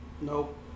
Nope